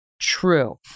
true